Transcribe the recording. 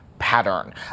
Pattern